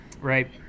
Right